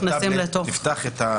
שנכנסים לתוך